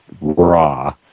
raw